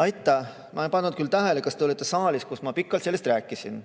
Aitäh! Ma ei pannud küll tähele, kas te olite saalis, kui ma pikalt sellest rääkisin.